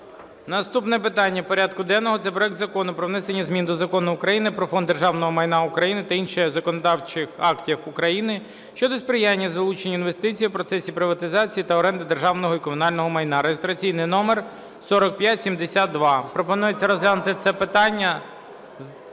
Наступне питання порядку денного. Це проект Закону про внесення змін до Закону України "Про Фонд державного майна України" та інших законодавчих актів України щодо сприяння залученню інвестицій в процесі приватизації та оренди державного і комунального майна (реєстраційний номер 4572). Пропонується розглянути це питання…